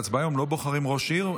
בהצבעה היום לא בוחרים ראש עיר,